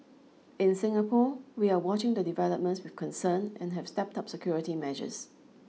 in Singapore we are watching the developments with concern and have stepped up security measures